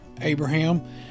Abraham